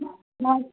maths